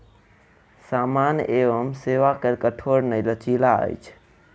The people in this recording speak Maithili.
सामान एवं सेवा कर कठोर नै लचीला अछि